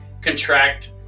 contract